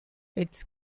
its